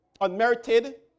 unmerited